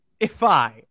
Ifi